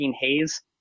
Haze